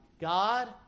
God